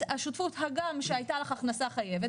לשותפות: הגם שהייתה לך הכנסה חייבת,